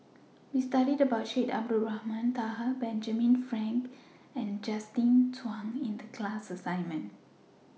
We studied about Syed Abdulrahman Taha Benjamin Frank and Justin Zhuang in The class assignment